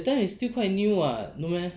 that time you still quite new [what] no meh